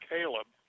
Caleb